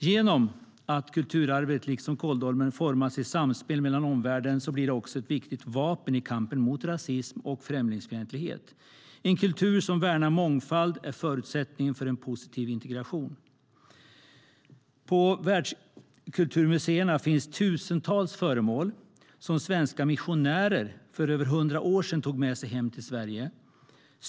Genom att kulturarvet, liksom kåldolmen, formas i samspel med omvärlden blir det också ett viktigt vapen i kampen mot rasism och främlingsfientlighet. En kultur som värnar mångfald är förutsättningen för en positiv integration. På Världskulturmuseerna finns tusentals föremål som svenska missionärer för över hundra år sedan tog med sig hem till Sverige.